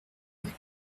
avec